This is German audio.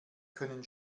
können